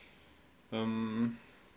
um